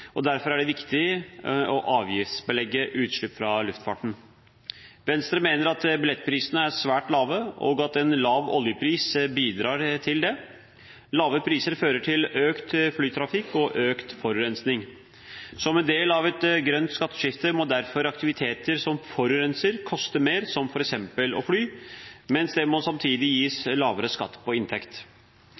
og derfor er det riktig å avgiftsbelegge utslipp fra luftfarten. Venstre mener at billettprisene er svært lave, og at en lav oljepris bidrar til det. Lave priser fører til økt flytrafikk og økt forurensning. Som en del av et grønt skatteskifte må derfor aktiviteter som forurenser, koste mer, som f.eks. å fly, mens det samtidig må gis lavere skatt på inntekt.